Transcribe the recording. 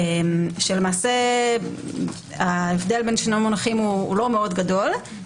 כאשר למעשה ההבדל בין שני המונחים הוא לא מאוד גדול.